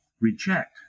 reject